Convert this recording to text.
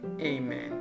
Amen